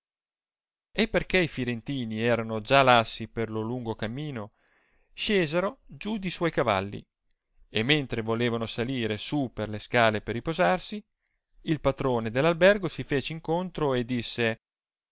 e perchè i firentini eran già lassi per lo lungo cammino scesero giù di suoi cavalli e mentre volevano salire su per le scale per riposarsi il patrone dell albergo si fece in contro e disse